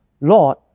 Lord